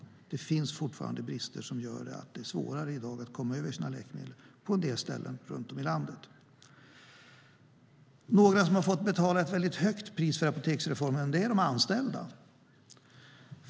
Det finns fortfarande brister som gör att det i dag är svårare att komma över sina läkemedel på en del ställen i landet. Några som fått betala ett högt pris för apoteksreformen är de anställda.